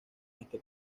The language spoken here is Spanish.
este